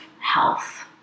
health